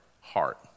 heart